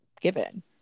given